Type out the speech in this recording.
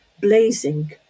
blazing